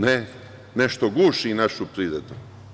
Ne, nešto guši našu privredu.